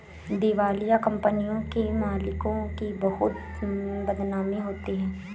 दिवालिया कंपनियों के मालिकों की बहुत बदनामी होती है